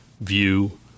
view